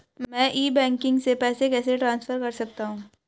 मैं e banking से पैसे कैसे ट्रांसफर कर सकता हूं?